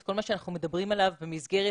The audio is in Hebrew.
את כל מה שאנחנו מדברים עליו במסגרת